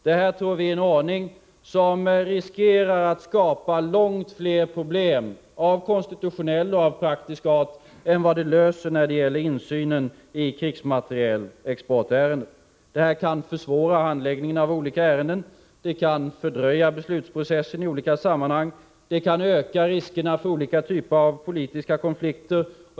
Vi tror att den föreslagna ordningen riskerar att skapa långt fler problem av konstitutionell och av praktisk art än som löses genom den när det gäller insynen i krigsmaterielexportärenden. Det här kan försvåra handläggningen av olika ärenden, det kan fördröja beslutsprocessen i olika sammahang, det kan öka riskerna för skilda typer av politiska konflikter.